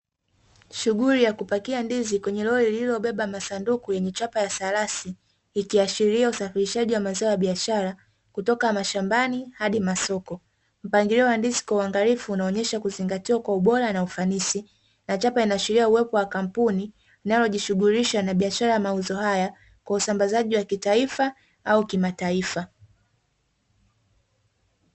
Shughuli ya kupakia ndizi kwenye lori lililobeba masanduku yenye chapa ya "SALASI", ikiashiria usafirishaji wa mazao ya biashara, kutoka mashambani hadi masoko. Mpangilio wa ndizi kwa uangalifu unaonesha kuzingatiwa kwa ubora na ufanisi, na chapa inaashiria uwepo wa kampuni inayojishughulisha na biashara ya mauzo haya, kwa usambazaji wa kitaifa au kimataifa.